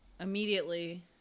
immediately